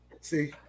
see